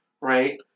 right